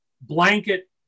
blanket